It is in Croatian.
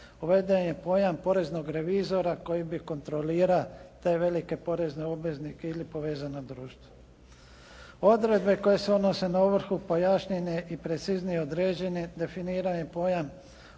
uveden je pojam poreznog revizora koji bi kontrolirao te velike porezne obveznike ili povezana društva. Odredbe koje se odnose na ovrhu pojašnjen je i preciznije određen, definiran je pojam